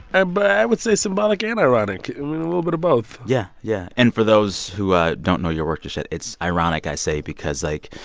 i but would say symbolic and ironic i mean, a little bit of both yeah, yeah. and for those who don't know your work just yet, it's ironic, i say, because, like,